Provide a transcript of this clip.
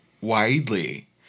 widely